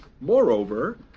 Moreover